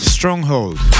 Stronghold